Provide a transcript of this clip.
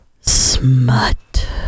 smut